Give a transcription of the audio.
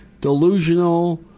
delusional